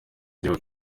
gihugu